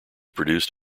produced